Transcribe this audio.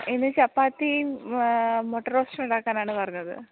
ഇന്ന് ചപ്പാത്തിയും മുട്ട റോസ്റ്റും ഉണ്ടാക്കാനാണ് പറഞ്ഞത്